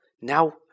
Now